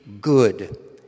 good